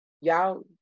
y'all